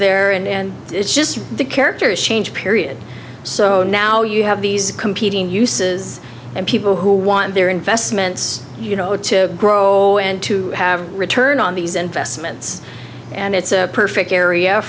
there and it's just the characters change period so now you have these competing uses and people who want their investments to grow and to have return on these investments and it's a perfect area